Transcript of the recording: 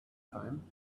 time